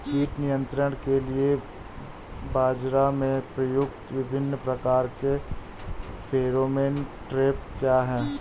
कीट नियंत्रण के लिए बाजरा में प्रयुक्त विभिन्न प्रकार के फेरोमोन ट्रैप क्या है?